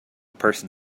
person